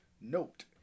Note